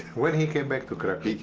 when he came back to krakow?